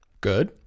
Good